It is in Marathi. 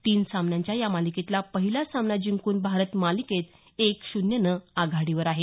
तीन सामन्याच्या या मालिकेतला पहिला सामना जिंकून भारत मालिकेत एक शून्यनं आघाडीवर आहे